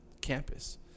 campus